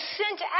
sent